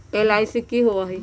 LIC की होअ हई?